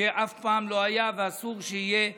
שאף פעם לא היה ואסור שיהיה שונה.